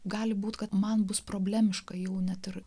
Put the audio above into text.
gali būt kad man bus problemiška jau net ir